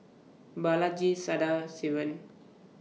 Balaji Sadasivan